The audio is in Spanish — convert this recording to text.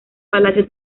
palacio